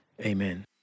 Amen